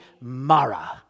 Mara